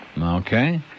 Okay